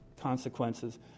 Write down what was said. consequences